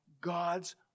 God's